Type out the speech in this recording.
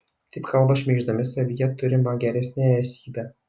taip kalba šmeiždami savyje turimą geresniąją esybę